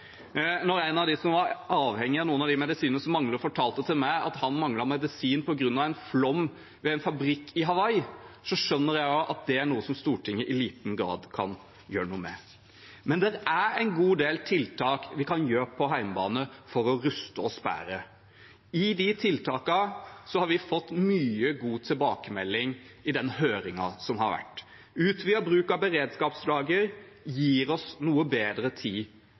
En som var avhengig av noen av de medisinene som manglet, fortalte meg at han manglet medisiner på grunn av flom ved en fabrikk i Hawaii. Da skjønner jeg at det er noe som Stortinget i liten grad kan gjøre noe med. Men det er en god del tiltak vi kan sette i verk på hjemmebane for å ruste oss bedre, for disse tiltakene har vi fått mye god tilbakemelding på i høringen som har vært. Utvidet bruk av beredskapslager gir oss noe bedre tid